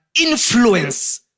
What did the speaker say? influence